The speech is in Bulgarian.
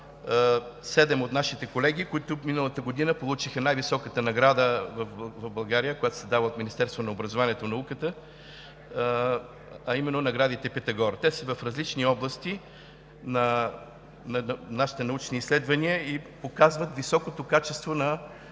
седем от нашите колеги, които миналата година получиха най-високата награда в България, която се дава от Министерството на образованието и науката – наградата „Питагор“. Те са в различни области на нашите научни изследвания и показват високото качество на